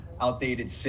outdated